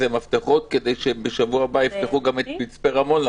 מפתחות כדי שבשבוע הבא יפתחו גם את מצפה רמון,